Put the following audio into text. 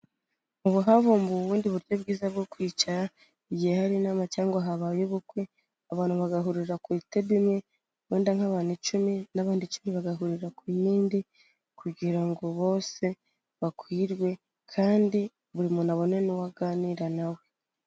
Ubu havumbuwe ubundi buryo bwiza bwo kwicara igihe hari inama cyangwa habaye ubukwe, abantu bagahurira ku itebo imwe wenda nk'abantu icumi n'abandi icumi bagahurira ku yindi, kugira ngo bose bakwirwe, kandi buri muntu abone n'uwo aganira na we.